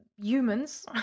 humans